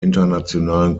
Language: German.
internationalen